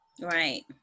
Right